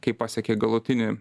kai pasiekė galutinį